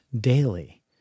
daily